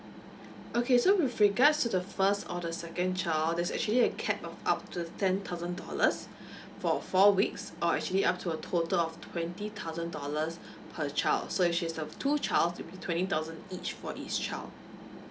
okay so with regards to the first or the second child there's actually a cap of up to ten thousand dollars for four weeks or actually up to a total of twenty thousand dollars per child so as she has two child that means twenty thousand each for each child